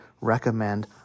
recommend